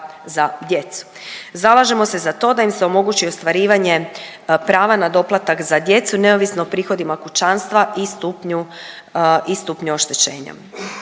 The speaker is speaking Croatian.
za djecu. Zalažemo se za to da im se omogući ostvarivanje prava na doplatak za djecu neovisno o prihodima kućanstva i stupnju i stupnju